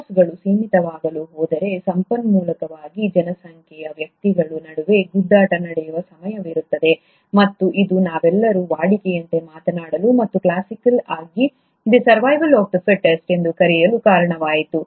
ಸೋರ್ಸ್ಗಳು ಸೀಮಿತವಾಗಲು ಹೋದರೆ ಸಂಪನ್ಮೂಲಕ್ಕಾಗಿ ಜನಸಂಖ್ಯೆಯ ವ್ಯಕ್ತಿಗಳ ನಡುವೆ ಗುದ್ದಾಟ ನಡೆಯುವ ಸಮಯವಿರುತ್ತದೆ ಮತ್ತು ಇದು ನಾವೆಲ್ಲರೂ ವಾಡಿಕೆಯಂತೆ ಮಾತನಾಡಲು ಮತ್ತು ಕ್ಲಾಸಿಕಲ್ ಆಗಿ 'the survival of the fittest survival of the fittest'ಎಂದು ಕರೆಯಲು ಕಾರಣವಾಯಿತು